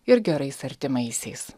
ir gerais artimaisiais